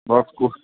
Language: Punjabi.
ਬਸ ਕੁ